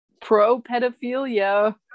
pro-pedophilia